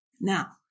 Now